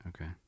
Okay